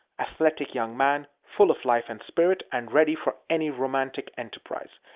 athletic young man, full of life and spirit, and ready for any romantic enterprise.